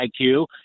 IQ